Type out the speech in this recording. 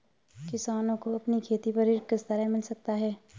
किसानों को अपनी खेती पर ऋण किस तरह मिल सकता है?